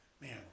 man